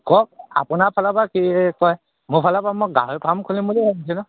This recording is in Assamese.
কওক আপোনাৰ ফালৰপৰা কি কয় মোৰ ফালৰপৰা মই গাহৰি ফাৰ্ম খুলিম বুলি ভাবিছিলোঁ